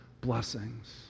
blessings